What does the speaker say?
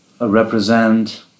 represent